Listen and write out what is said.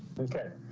okay.